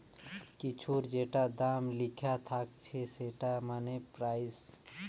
কিছুর যেটা দাম লিখা থাকছে সেটা মানে প্রাইস